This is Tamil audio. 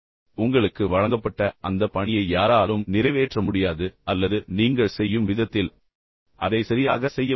உங்களுக்கு வழங்கப்பட்ட அந்த பணியை யாராலும் நிறைவேற்ற முடியாது அல்லது நீங்கள் செய்யும் விதத்தில் அதை சரியாக செய்ய முடியாது